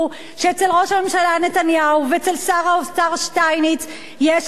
שאצל ראש הממשלה נתניהו ואצל שר האוצר שטייניץ יש אנשים